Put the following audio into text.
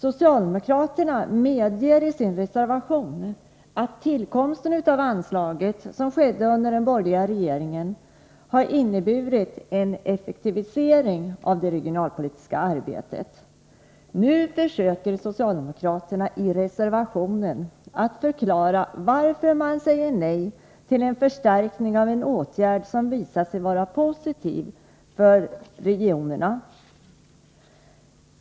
Socialdemokraterna medger i sin reservation att anslaget, som tillkom under den borgerliga regeringen, har inneburit en effektivisering av det regionalpolitiska arbetet. Nu försöker socialdemokraterna i reservationen förklara varför man säger nej till en förstärkning av en åtgärd som visat sig vara positiv för regionerna.